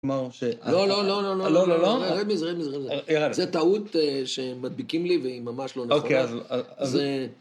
מה עושה? לא, לא, לא, לא, לא, לא, לא, לא, לא. רד מזה, רד מזה. זה טעות שמדביקים לי והיא ממש לא נכונה. אוקיי, אז...